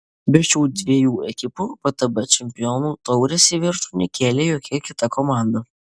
be šių dviejų ekipų vtb čempionų taurės į viršų nekėlė jokia kita komanda